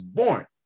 born